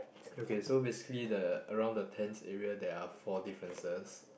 okay so basically the around the tents area there are four differences